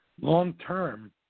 long-term